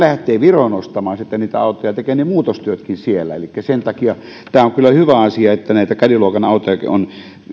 sitten viroon lähdetään ostamaan niitä autoja tehdään ne muutostyötkin siellä elikkä sen takia tämä on kyllä hyvä asia että näitä caddy luokan autojakin on